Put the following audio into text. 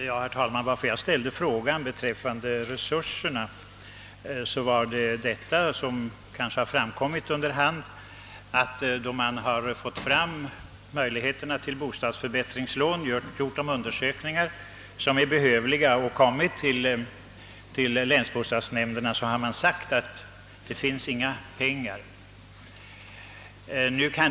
Herr talman! Anledningen till att jag ställde frågan beträffande resurserna var, som kanske har framgått under hand, att då man har gjort de behövliga undersökningarna om möjligheterna till bostadsförbättringslån och kommit till länsbostadsnämnderna, har man fått svaret att det inte finns några pengar.